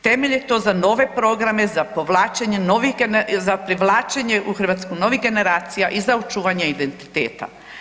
Temelj je to za nove programe, za povlačenje novih, za privlačenje u Hrvatsku novih generacija i za očuvanje identiteta.